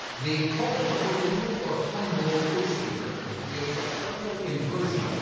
the cold peru or humboldt ocean current creates a thermal inversion,